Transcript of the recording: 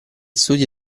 studi